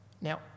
now